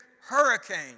hurricane